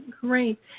great